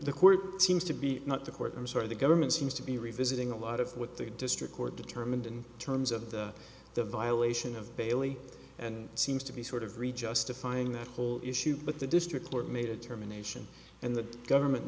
the court seems to be not the court i'm sorry the government seems to be revisiting a lot of what the district court determined in terms of the violation of bailey and seems to be sort of the justifying that whole issue but the district court made a determination and the government